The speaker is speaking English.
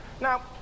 Now